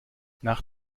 nach